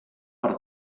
per